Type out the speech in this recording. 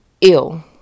ill